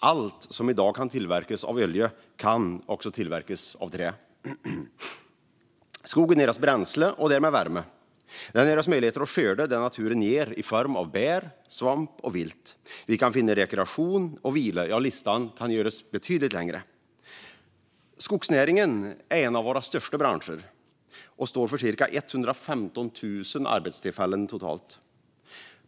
Allt som i dag kan tillverkas av olja kan också tillverkas av trä. Skogen ger oss bränsle och därmed värme. Den ger oss möjligheter att skörda det naturen ger i form av bär, svamp och vilt. Vi kan finna rekreation och vila. Ja, listan kan göras betydligt längre. Skogsnäringen är en av våra största branscher och står för totalt cirka 115 000 arbetstillfällen.